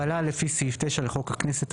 "הגבלה לפי סעיף 9 לחוק הכנסת,